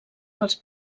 pels